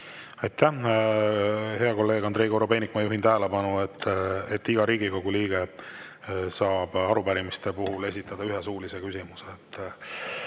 Aitäh! Hea kolleeg Andrei Korobeinik, ma juhin tähelepanu, et iga Riigikogu liige saab arupärimiste puhul esitada ühe suulise küsimuse.